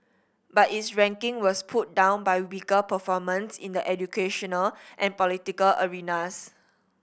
but its ranking was pulled down by weaker performance in the educational and political arenas